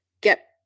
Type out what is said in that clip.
get